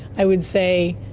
i would say.